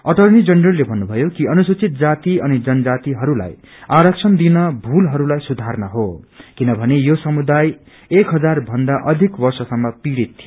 attorney जनरलले भन्नुभयो कि अनुसूतिच जाति अनि जनजातिहरूलाई आरक्षण दिन भूलहरूलाई सुधारन हो किनभने यो समुदाय एक हजार भन्दा अधिक वर्ष सम्म पीड़ित थियो